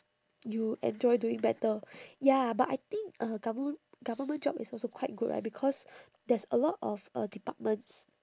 you enjoy doing better ya but I think uh government government job is also quite good right because there's a lot of uh departments